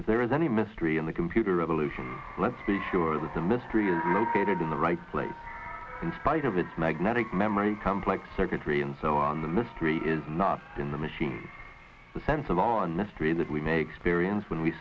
if there is any mystery in the computer revolution let's make sure that the mystery in the right place in spite of its magnetic memory complex circuitry and so on the mystery is not in the machine the sense of on mystery that we may experience when we